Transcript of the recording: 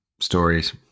stories